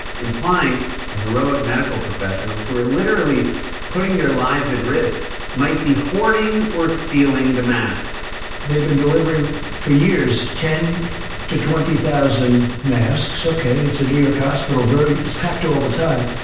implying that heroic medical professionals who are literally putting their lives at risk might be hoarding or stealing the masks. they've been delivering for years ten thousand to twenty thousand masks. okay, it's a new york hospital, very it's packed all the time.